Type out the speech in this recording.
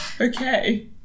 Okay